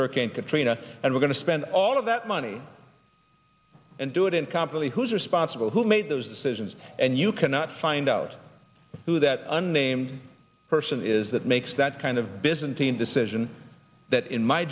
hurricane katrina and we're going to spend all of that money and do it incomparably who's responsible who made those decisions and you cannot find out who that unnamed person is that makes that kind of byzantine decision that in my